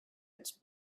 its